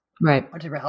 Right